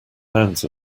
pounds